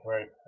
Right